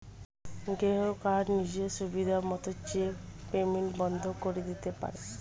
গ্রাহক তার নিজের সুবিধা মত চেক পেইমেন্ট বন্ধ করে দিতে পারে